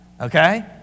Okay